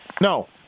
No